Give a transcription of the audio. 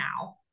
now